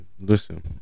Listen